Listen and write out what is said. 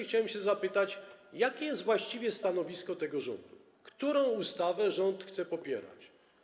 Chciałem się zapytać, jakie jest właściwie stanowisko tego rządu, którą ustawę rząd chce popierać.